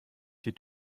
die